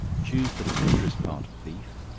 choose the tenderest part of beef,